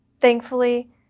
thankfully